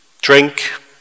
drink